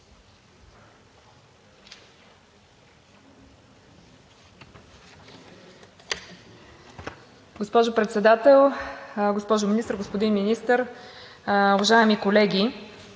Госпожо Председател, госпожо Министър, господин Министър, уважаеми колеги!